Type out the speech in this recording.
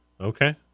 Okay